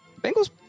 Bengals